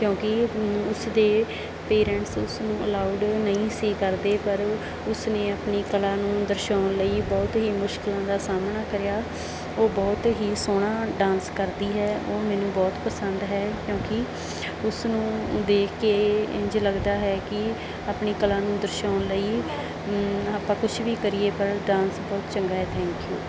ਕਿਉਂਕਿ ਉਸਦੇ ਪੇਰੈਂਟਸ ਉਸਨੂੰ ਅਲਾਊਡ ਨਹੀਂ ਸੀ ਕਰਦੇ ਪਰ ਉਸਨੇ ਆਪਣੀ ਕਲਾ ਨੂੰ ਦਰਸਾਉਣ ਲਈ ਬਹੁਤ ਹੀ ਮੁਸ਼ਕਲਾਂ ਦਾ ਸਾਹਮਣਾ ਕਰਿਆ ਉਹ ਬਹੁਤ ਹੀ ਸੋਹਣਾ ਡਾਂਸ ਕਰਦੀ ਹੈ ਉਹ ਮੈਨੂੰ ਬਹੁਤ ਪਸੰਦ ਹੈ ਕਿਉਂਕਿ ਉਸ ਨੂੰ ਦੇਖ ਕੇ ਇੰਝ ਲੱਗਦਾ ਹੈ ਕਿ ਆਪਣੀ ਕਲਾ ਨੂੰ ਦਰਸਾਉਣ ਲਈ ਆਪਾਂ ਕੁਛ ਵੀ ਕਰੀਏ ਪਰ ਡਾਂਸ ਬਹੁਤ ਚੰਗਾ ਹੈ ਥੈਂਕ ਯੂ